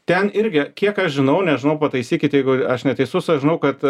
ten irgi kiek aš žinau nežinau pataisykit jeigu aš neteisus aš žinau kad